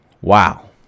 Wow